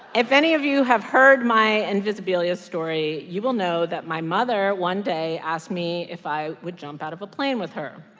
if any of you have heard my invisibilia story, you will know that my mother one day asked me if i would jump out of a plane with her,